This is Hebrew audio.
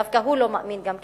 דווקא הוא לא מאמין גם לעצמו.